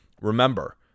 Remember